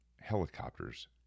helicopters